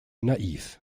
naiv